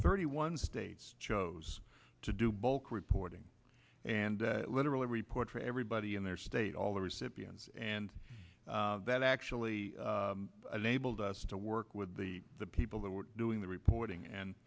thirty one states chose to do bulk reporting and literally report for everybody in their state all the recipients and that actually labeled us to work with the people that were doing the reporting and